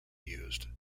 used